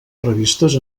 revistes